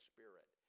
Spirit